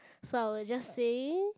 so I will just say